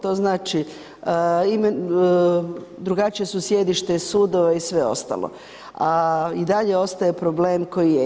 To znači drugačija su sjedišta sudova i sve ostalo, a i dalje ostaje problem koji je.